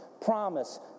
promise